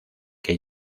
que